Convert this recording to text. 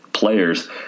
players